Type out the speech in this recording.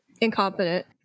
incompetent